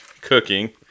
cooking